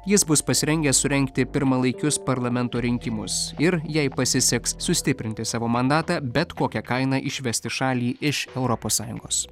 jis bus pasirengęs surengti pirmalaikius parlamento rinkimus ir jei pasiseks sustiprinti savo mandatą bet kokia kaina išvesti šalį iš europos sąjungos